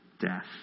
death